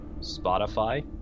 Spotify